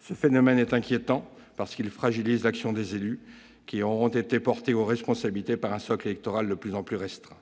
Ce phénomène est inquiétant, car il fragilise l'action des élus, qui sont portés aux responsabilités par un socle électoral de plus en plus restreint.